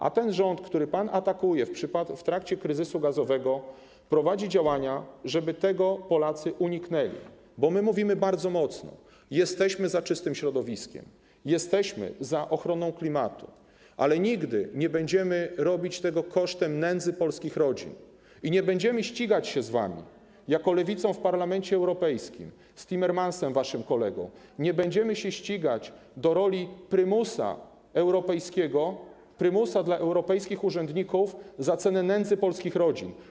A ten rząd, który pan atakuje w trakcie kryzysu gazowego, prowadzi działania, żeby Polacy tego uniknęli, bo my mówimy bardzo mocno: jesteśmy za czystym środowiskiem, jesteśmy za ochroną klimatu, ale nigdy nie będziemy robić tego kosztem nędzy polskich rodzin i nie będziemy ścigać się z wami jako lewicą w Parlamencie Europejskim, z Timmermansem, waszym kolegą, nie będziemy się ścigać do roli prymusa europejskiego, prymusa dla europejskich urzędników za cenę nędzy polskich rodzin.